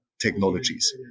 technologies